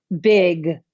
big